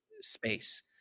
space